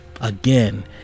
Again